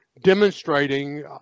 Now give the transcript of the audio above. demonstrating